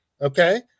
okay